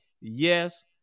Yes